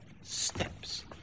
steps